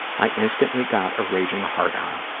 i instantly got a raging hard-on.